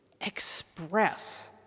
express